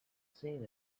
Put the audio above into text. seen